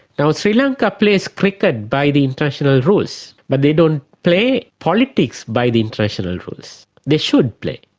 now, sri lanka plays cricket by the international rules but they don't play politics by the international rules. they should play,